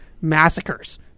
massacres